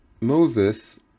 Moses